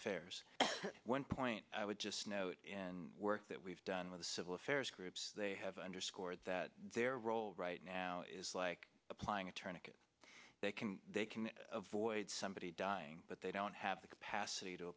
affairs one point i would just note in work that we've done with the civil affairs groups they have underscored that their role right now is like applying a turnip they can they can avoid somebody dying but they don't have the capacity to